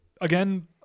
again